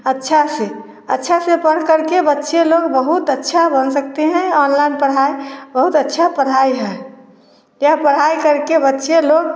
अच्छा से अच्छा से पढ़ के बच्चे लोग बहुत अच्छा बन सकते है ऑनलाइन पढ़ाई बहुत अच्छा पढ़ाई है क्या पढ़ाई करके बच्चे लोग